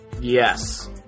Yes